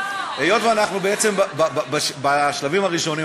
היות שאנחנו בשלבים הראשונים,